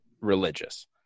religious